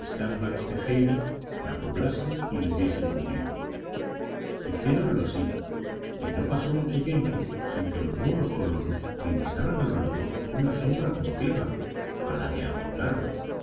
bax tejeira la poblase y le diese cultivo hiciéronlo así y no pasó mucho tiempo sin que los nuevos colonos divisaran a lo lejos una sombra como tierra a la que aportaron